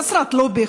חסרת לובי,